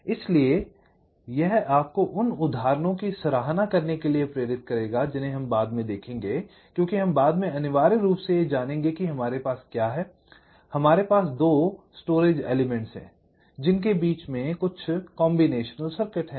इसलिए यह आपको उन उदाहरणों की सराहना करने के लिए प्रेरित करेगा जिन्हें हम बाद में देखेंगे क्योंकि हम बाद में अनिवार्य रूप से देखेंगे कि हमारे पास क्या है हमारे पास दो संयोजन तत्व हैं जिनके बीच में कुछ संयोजन सर्किट हैं